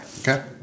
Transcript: Okay